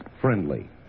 friendly